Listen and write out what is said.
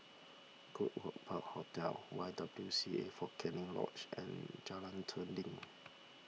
Goodwood Park Hotel Y W C A fort Canning Lodge and Jalan Dinding